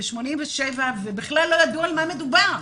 בשנת 87, ובכלל לא ידעו על מה מדובר.